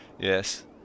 Yes